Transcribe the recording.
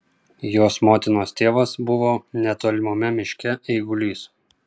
jos motinos tėvas buvo netolimame miške eigulys